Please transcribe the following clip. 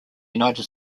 united